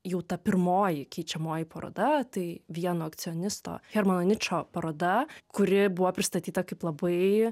jau ta pirmoji keičiamoji paroda tai vieno akcionisto hermano ničo paroda kuri buvo pristatyta kaip labai